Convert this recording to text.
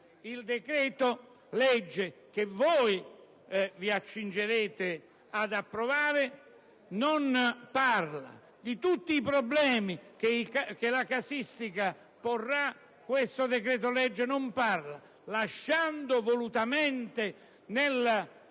Il decreto-legge che voi vi accingete ad approvare non parla di tutto ciò. Di tutti i problemi che la casistica porrà, questo decreto-legge non parla, lasciando volutamente nella